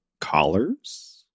collars